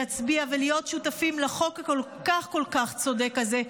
להצביע ולהיות שותפים לחוק הכל-כך צודק הזה,